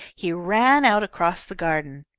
he ran out across the garden.